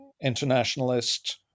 internationalist